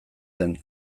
zen